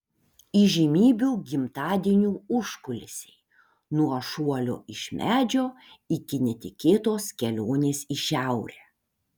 įžymybių gimtadienių užkulisiai nuo šuolio iš medžio iki netikėtos kelionės į šiaurę